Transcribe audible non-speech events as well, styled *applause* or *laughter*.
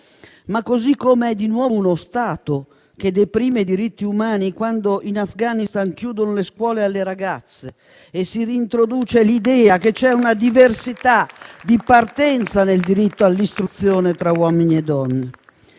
stesso modo è di nuovo uno Stato che deprime i diritti umani, quando in Afghanistan chiudono le scuole alle ragazze *applause* e si reintroduce l'idea che vi sia una diversità di partenza nel diritto all'istruzione tra uomini e donne.